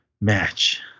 match